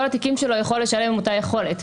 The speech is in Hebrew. התיקים שלו הוא יכול לשלם עם אותה יכולת.